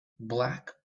black